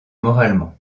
moralement